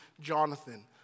Jonathan